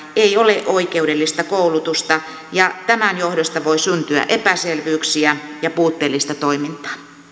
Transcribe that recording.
ei ole oikeudellista koulutusta ja tämän johdosta voi syntyä epäselvyyksiä ja puutteellista toimintaa